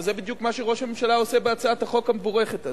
וזה בדיוק מה שראש הממשלה עושה בהצעת החוק המבורכת הזאת.